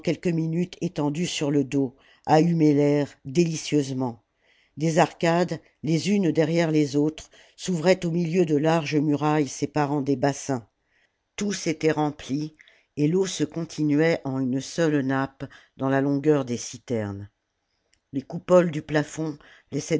quelques minutes étendus sur le dos à humer l'air délicieusement des arcades les unes derrière les autres s'ouvraient au milieu de larges murailles séparant des bassins tous étaient remplis et feau se continuait en une seule nappe dans la longueur des citernes les coupoles du plafond